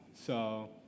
So-